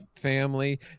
family